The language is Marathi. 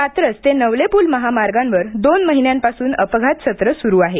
कात्रज ते नवले पूल महामार्गावर दोन महिन्यांपासून अपघात सत्र सुरू आहे